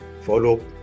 follow